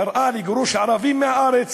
קראה לגירוש ערבים מהארץ,